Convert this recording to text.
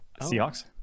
Seahawks